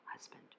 husband